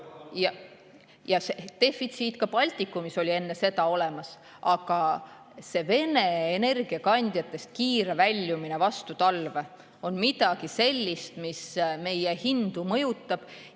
saalist.) Defitsiit ka Baltikumis oli enne seda olemas, aga see Vene energiakandjate [kasutamisest] kiirväljumine vastu talve on midagi sellist, mis meie hindu mõjutab.